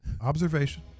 observation